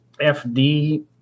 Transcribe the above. FD